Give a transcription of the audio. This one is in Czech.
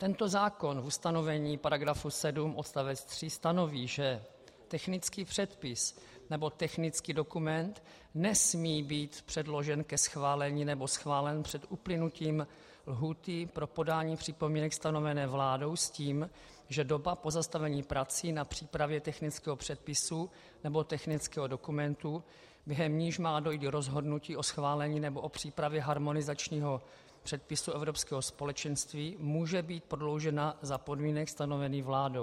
Tento zákon v ustanovení § 7 odst. 3 stanoví, že technický předpis nebo technický dokument nesmí být předložen ke schválení nebo schválen před uplynutím lhůty pro podání připomínek stanovené vládou, s tím, že doba pozastavení prací na přípravě technického předpisu nebo technického dokumentu, během níž má dojít k rozhodnutí o schválení nebo o přípravě harmonizačního předpisu Evropského společenství, může být prodloužena za podmínek stanovených vládou.